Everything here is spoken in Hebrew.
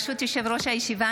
ברשות יושב-ראש הישיבה,